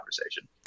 conversation